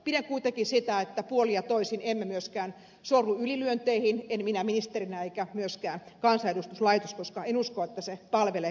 pidän kuitenkin tärkeänä sitä että puolin ja toisin emme myöskään sorru ylilyönteihin en minä ministerinä eikä myöskään kansanedustuslaitos koska en usko että se palvelee kansalaisten etua